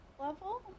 level